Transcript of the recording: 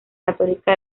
católica